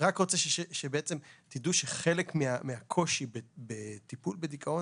רק רוצה שתדעו שחלק מהקושי בטיפול בדיכאון